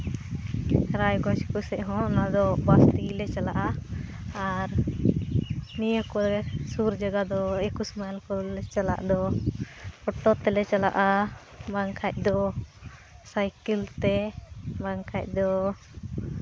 ᱨᱟᱭᱜᱚᱡᱽ ᱠᱚᱥᱮ ᱦᱚᱸ ᱚᱱᱟ ᱫᱚ ᱵᱟᱥ ᱛᱮᱜᱮ ᱞᱮ ᱪᱟᱞᱟᱜᱼᱟ ᱟᱨ ᱱᱤᱭᱟᱹ ᱠᱚᱨᱮᱜ ᱥᱩᱨ ᱡᱟᱭᱜᱟ ᱫᱚ ᱮᱠᱩᱥ ᱢᱟᱭᱤᱞ ᱠᱚᱨᱮ ᱞᱮ ᱪᱟᱞᱟᱜ ᱫᱚ ᱚᱴᱳ ᱛᱮᱞᱮ ᱪᱟᱞᱟᱜᱼᱟ ᱵᱟᱝ ᱠᱷᱟᱡ ᱫᱚ ᱥᱟᱭᱠᱮᱞ ᱛᱮ ᱵᱟᱝ ᱠᱷᱟᱡ ᱫᱚ